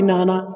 Nana